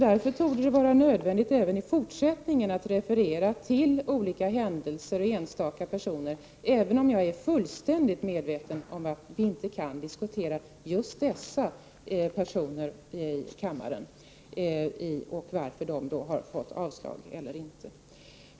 Därför torde det vara nödvändigt att även i fortsättningen referera till olika händelser och enstaka personer, även om jag är fullständigt medveten om att vi inte kan diskutera just dessa personer i kammaren och varför de har fått avslag eller inte.